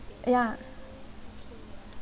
ya